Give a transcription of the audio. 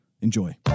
Enjoy